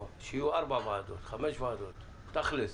שיהיו ארבע ועדות, חמש ועדות, תכלס